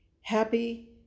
happy